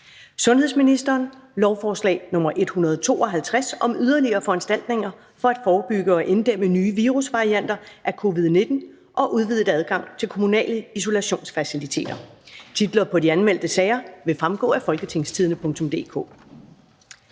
sundhedsloven og retsplejeloven. (Yderligere foranstaltninger for at forebygge og inddæmme nye virusvarianter af covid-19 og udvidet adgang til kommunale isolationsfaciliteter)). Titler på de anmeldte sager vil fremgå af www.folketingstidende.dk